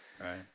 right